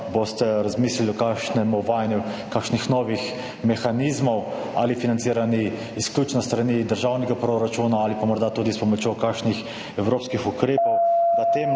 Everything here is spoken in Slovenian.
...